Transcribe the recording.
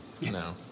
No